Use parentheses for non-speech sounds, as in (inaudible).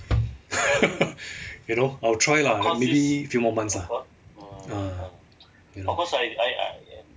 (laughs) you know I will try lah like maybe few more months ah